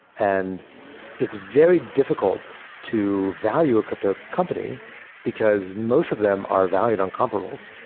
and it's very difficult to value a crypto company because most of them are valued on comparables.